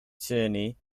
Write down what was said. tierney